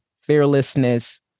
fearlessness